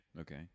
Okay